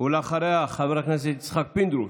חבר הכנסת יצחק פינדרוס,